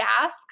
ask